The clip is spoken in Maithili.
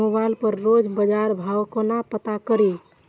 मोबाइल पर रोज बजार भाव कोना पता करि?